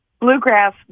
bluegrass